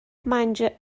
مجانی